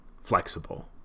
flexible